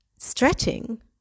Stretching